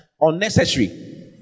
unnecessary